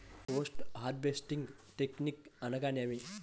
Post harvesting technique అనగా నేమి?